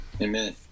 Amen